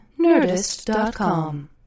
Nerdist.com